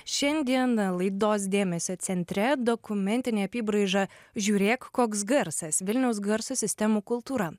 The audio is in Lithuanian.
šiandiena laidos dėmesio centre dokumentinė apybraiža žiūrėk koks garsas vilniaus garso sistemų kultūra